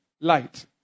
light